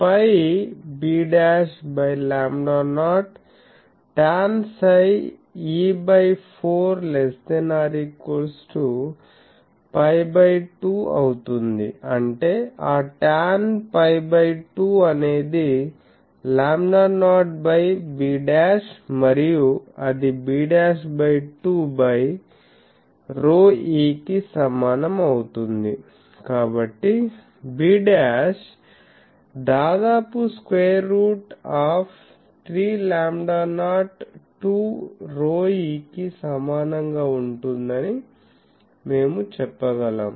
π b by lambda naught tan psi e by 4 ≤ π by 2 అవుతుంది అంటే ఆ tan π బై 2 అనేది లాంబ్డా నాట్ బై b మరియు అది b బై 2 బై ρe కి సమానం అవుతుంది కాబట్టి b' దాదాపు square root of 3 lambda naught 2ρe కి సమానంగా ఉంటుందని మేము చెప్పగలం